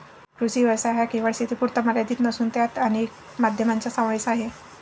कृषी व्यवसाय हा केवळ शेतीपुरता मर्यादित नसून त्यात अनेक माध्यमांचा समावेश आहे